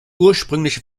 ursprüngliche